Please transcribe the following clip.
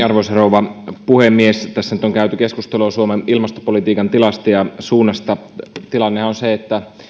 arvoisa rouva puhemies tässä nyt on käyty keskustelua suomen ilmastopolitiikan tilasta ja suunnasta tilannehan on se että